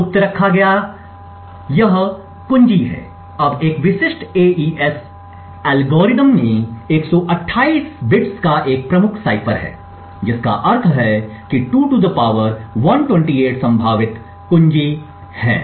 गुप्त रखा गया है यह कुंजी है अब एक विशिष्ट एईएस एल्गोरिथ्म में 128 बिट्स का एक प्रमुख साइफर है जिसका अर्थ है कि 2 128 संभावित संभावित कुंजी हैं